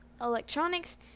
electronics